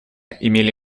имели